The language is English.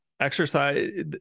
Exercise